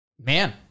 Man